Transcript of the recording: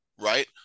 right